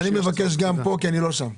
אז אני מבקש גם פה, כי אני לא שם.